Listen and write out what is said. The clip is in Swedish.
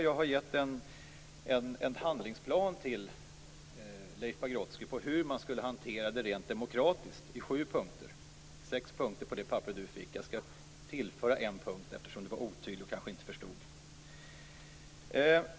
Jag har gett en handlingsplan i sju punkter till Leif Pagrotsky om hur man skulle hantera det rent demokratiskt. Det var sex punkter på det papper han fick; jag skall tillföra en punkt eftersom det var litet otydligt och han kanske inte förstod.